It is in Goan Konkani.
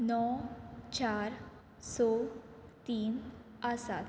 णव चार स तीन आसात